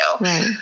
Right